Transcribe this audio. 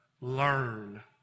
Learn